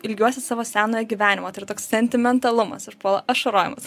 ilgiuosi savo senojo gyvenimo tai yra toks sentimentalumas užpuola ašarojimas